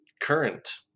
Current